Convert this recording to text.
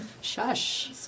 Shush